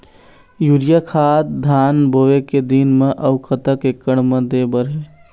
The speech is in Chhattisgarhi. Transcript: यूरिया खाद धान बोवे के दिन म अऊ कतक एकड़ मे दे बर हे?